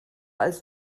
als